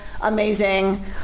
amazing